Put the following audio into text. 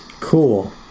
Cool